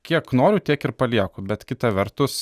kiek noriu tiek ir palieku bet kita vertus